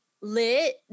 lit